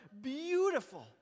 beautiful